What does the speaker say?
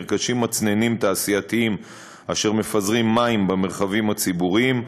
נרכשים מצננים תעשייתיים אשר מפזרים מים במרחבים הציבוריים,